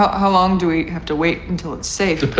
ah how long do we have to wait until it's safe.